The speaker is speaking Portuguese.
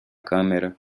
câmera